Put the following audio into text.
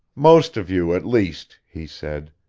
most of you, at least, he said.